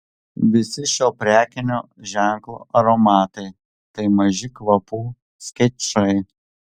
visi šio prekinio ženklo aromatai tai maži kvapų skečai